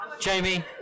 Jamie